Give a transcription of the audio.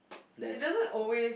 that's